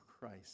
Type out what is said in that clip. Christ